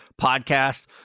podcast